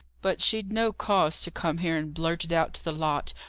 but she'd no cause to come here and blurt it out to the lot,